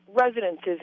residences